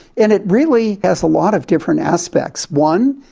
and it really has a lot of different aspects. one,